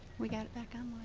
we got back on